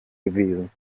gewesen